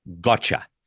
Gotcha